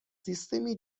سیستمی